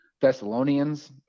Thessalonians